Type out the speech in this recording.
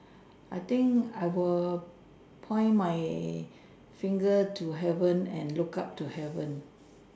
I think I will point my finger to heaven and look up to heaven